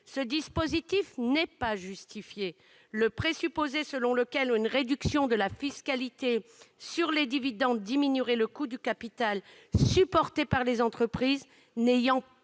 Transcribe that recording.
Ce dispositif n'est pas justifié, le présupposé selon lequel une réduction de la fiscalité sur les dividendes diminuerait le coût du capital supporté par les entreprises n'ayant